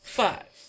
five